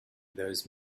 those